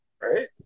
Right